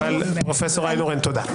פרופ' איינהורן, תודה.